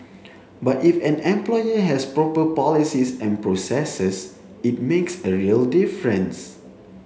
but if an employer has proper policies and processes it makes a real difference